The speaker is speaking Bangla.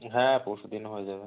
হ্যাঁ পরশু দিন হয়ে যাবে